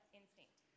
instinct